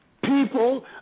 people